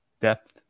depth